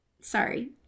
Sorry